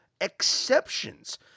exceptions